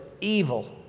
evil